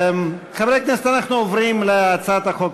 חברי הכנסת, אנחנו עוברים להצעת החוק הבאה.